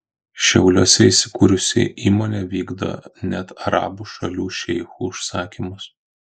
šiauliuose įsikūrusi įmonė vykdo net arabų šalių šeichų užsakymus